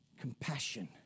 compassion